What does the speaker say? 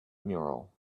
mural